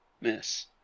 miss